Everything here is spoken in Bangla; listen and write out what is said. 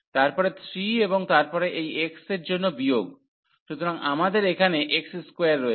তারপরে 3 এবং তারপরে এই x এর জন্য বিয়োগ সুতরাং আমাদের এখানে x2 রয়েছে